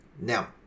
Now